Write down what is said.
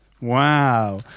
wow